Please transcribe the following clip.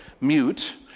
mute